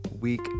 week